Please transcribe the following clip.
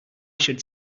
should